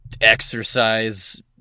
exercise